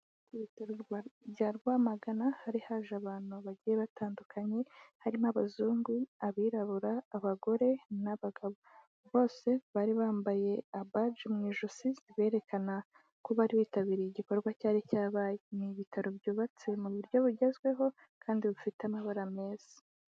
Mu bitaro bya Rwamagana hari haje abantu bagiye batandukanye harimo abazungu, abirabura, abagore n'abagabo, bose bari bambaye amabaji mu ijosi ziberekana ko baritabiriye igikorwa cyari cyabaye, ni ibitaro byubatse mu buryo bugezweho kandi bufite amabara meza.